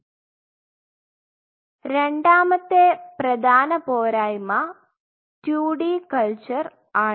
അതിനാൽ രണ്ടാമത്തെ പ്രധാന പോരായ്മ 2D കൾച്ചർ ആണ്